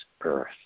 earth